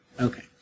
Okay